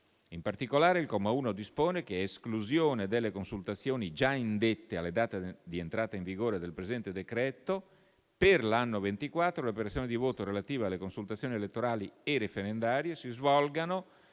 In particolare, il comma 1 dispone che, a esclusione di quelle già indette alla data di entrata in vigore del presente decreto, per l'anno 2024 le operazioni di votazione relative alle consultazioni elettorali e referendarie si svolgano